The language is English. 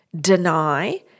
deny